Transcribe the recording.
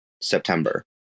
september